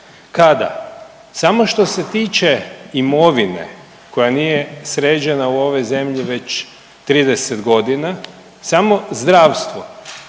kada samo što se tiče imovine koja nije sređena u ovoj zemlji već 30 godina samo zdravstvo